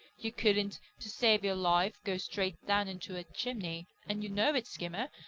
you couldn't, to save your life, go straight down into a chimney, and you know it, skimmer.